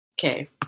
Okay